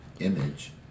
image